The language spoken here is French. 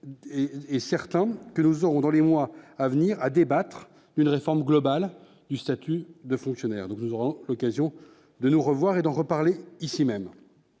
est certain que nous aurons dans les mois à venir, à débattre d'une réforme globale du statut de fonctionnaire, donc nous aurons l'occasion de nous revoir et d'en reparler ici même.